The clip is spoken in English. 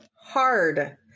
hard